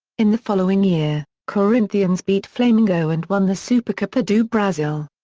in the following year, corinthians beat flamengo and won the supercopa do brasil.